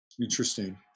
interesting